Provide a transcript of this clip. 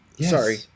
sorry